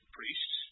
priests